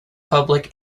public